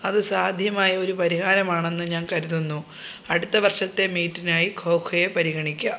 അത് സാധ്യമായ ഒരു പരിഹാരമാണെന്ന് ഞാൻ കരുതുന്നു അടുത്ത വർഷത്തെ മീറ്റിനായി ഖോഖേ പരിഗണിക്കാം